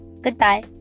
Goodbye